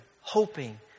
hoping